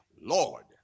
Lord